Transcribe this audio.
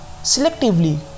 selectively